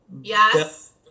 Yes